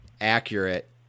accurate